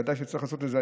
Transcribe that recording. ודאי שצריך לעשות את זה.